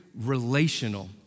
relational